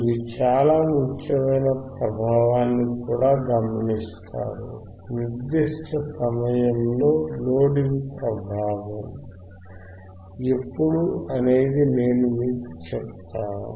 మీరు చాలా ముఖ్యమైన ప్రభావాన్ని కూడా గమనిస్తారు నిర్దిష్ట సమయంలో లోడింగ్ ప్రభావం ఎప్పుడు అనేది నేను మీకు చెప్తాను